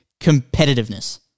competitiveness